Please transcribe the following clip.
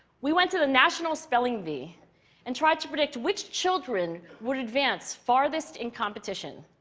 we went to the national spelling bee and tried to predict which children would advance farthest in competition.